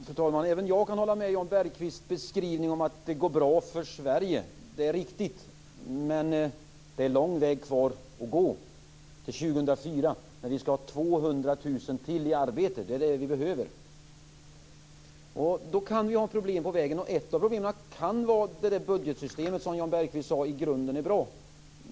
Fru talman! Även jag kan hålla med Jan Bergqvist om beskrivningen att det går bra för Sverige. Det är riktigt, men det är lång väg kvar att gå till år 2004 när vi skall ha 200 000 personer till i arbete. Det är det vi behöver. Vi kan ha problem på vägen. Ett av problemen kan vara det budgetsystem som Jan Bergqvist sade i grunden är bra.